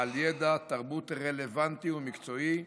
על ידע, תרבות, רלוונטיות ומקצועיות,